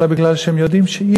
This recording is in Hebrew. אלא בגלל שהם יודעים שאי-אפשר.